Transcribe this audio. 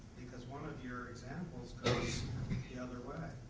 because one of your examples goes the other way.